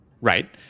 Right